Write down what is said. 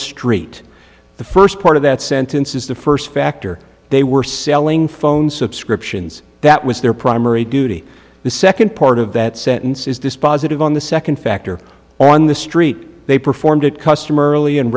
street the first part of that sentence is the first factor they were selling phone subscriptions that was their primary duty the second part of that sentence is dispositive on the second factor on the street they performed it custom early